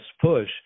push